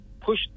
Push